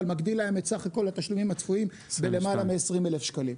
אבל מגדיל להם את סך כל התשלומים הצפויים ב-למעלה מ-20,000 שקלים.